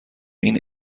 این